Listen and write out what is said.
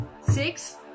Six